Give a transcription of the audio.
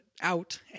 out